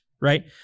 right